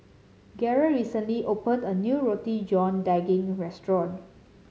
Garey recently opened a new Roti John Daging restaurant